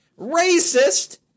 racist